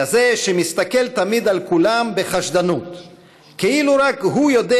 לזה שמסתכל תמיד ועל כולם בחשדנות כאילו רק הוא יודע